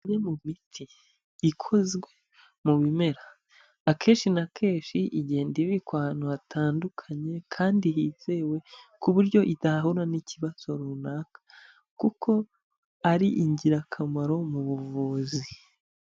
Imwe mu miti ikozwe mu bimera akenshi na kenshi igenda ibikwa ahantu hatandukanye kandi hizewe ku buryo idahura n'ikibazo runaka kuko ari ingirakamaro mu buvuzi.